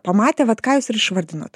pamatė vat ką jūs ir išvardinot